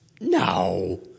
No